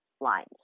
lines